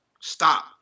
Stop